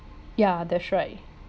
ya that's right